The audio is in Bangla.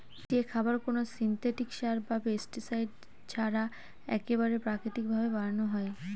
যে খাবার কোনো সিনথেটিক সার বা পেস্টিসাইড ছাড়া এক্কেবারে প্রাকৃতিক ভাবে বানানো হয়